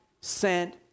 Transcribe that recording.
sent